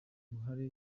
uruhare